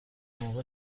موقع